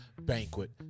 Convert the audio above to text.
Banquet